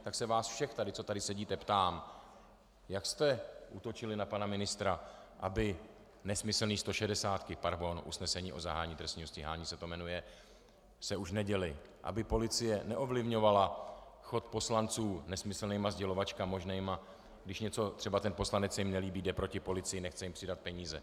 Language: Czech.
Tak se vás všech, co tady sedíte, ptám, jak jste útočili na pana ministra, aby nesmyslné stošedesátky pardon, usnesení o zahájení trestního stíhání se to jmenuje se už neděly, aby policie neovlivňovala chod poslanců nesmyslnými sdělovačkami možnými, když něco třeba ten poslanec se jim nelíbí, jde proti policii, nechce jim přidat peníze.